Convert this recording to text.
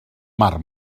mar